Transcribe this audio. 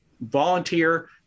Volunteer